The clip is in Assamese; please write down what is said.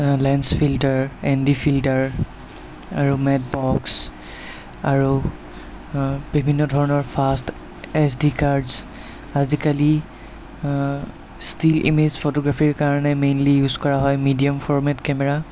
lens filter N D filter আৰু মেট বক্স আৰু বিভিন্ন ধৰণৰ ফাষ্ট এছ ডি কাৰ্ডছ আজিকালি ষ্টিল ইমেজ ফটোগ্ৰাফীৰ কাৰণে মেইনলি ইউজ কৰা হয় মিডিয়াম ফৰ্মেট কেমেৰা